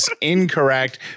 incorrect